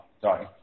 Sorry